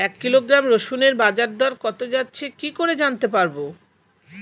এক কিলোগ্রাম রসুনের বাজার দর কত যাচ্ছে কি করে জানতে পারবো?